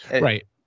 Right